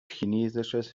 chinesisches